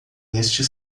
neste